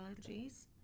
allergies